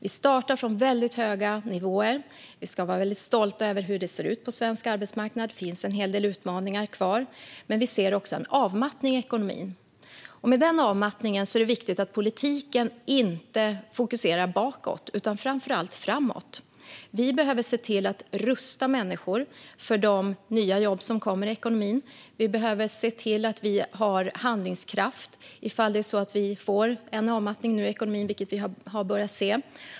Vi startar från höga nivåer och ska vara stolta över hur det ser ut på svensk arbetsmarknad, även om det finns en hel del utmaningar. Nu ser vi en avmattning i ekonomin, och då är det viktigt att politiken inte fokuserar bakåt utan framåt. Vi behöver rusta människor för de nya jobb som kommer i ekonomin. Vi behöver ha handlingskraft inför den avmattning i ekonomin som vi har börjat se.